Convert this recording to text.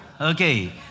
Okay